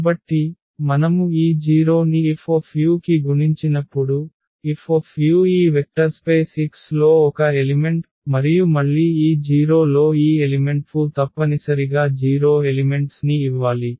కాబట్టి మనము ఈ 0 ని Fu కి గుణించినప్పుడు Fu ఈ వెక్టర్స్పేస్ X లో ఒక మూలకం మరియు మళ్ళీ ఈ 0 లో ఈ ఎలిమెంట్ Fu తప్పనిసరిగా 0 ఎలిమెంట్స్ ని ఇవ్వాలి